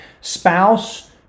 Spouse